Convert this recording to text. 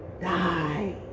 die